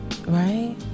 Right